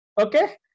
okay